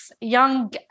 young